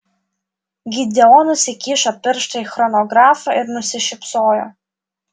gideonas įkišo pirštą į chronografą ir nusišypsojo